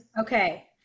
Okay